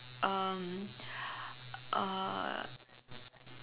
um uh